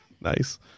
Nice